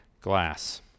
glass